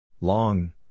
Long